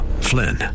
Flynn